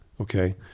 okay